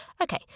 Okay